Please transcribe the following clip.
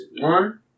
one